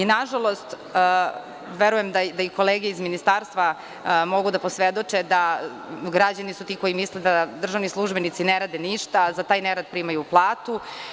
Nažalost, verujem da i kolege iz ministarstva mogu da posvedoče da građani su ti koji misle da državni službenici ne rade ništa, a da primaju platu.